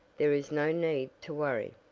there is no need to worry.